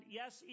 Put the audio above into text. yes